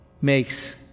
makes